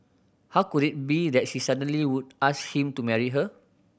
how could it be that she suddenly would ask him to marry her